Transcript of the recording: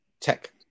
tech